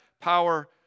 power